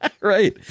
right